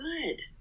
good